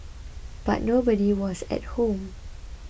but nobody was at home